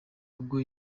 ubwo